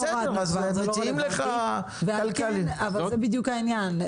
בסדר, אז מציעים לך --- אבל זה בדיוק העניין.